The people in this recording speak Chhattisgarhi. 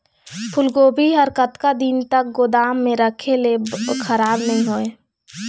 फूलगोभी हर कतका दिन तक गोदाम म रखे ले खराब नई होय?